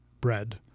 bread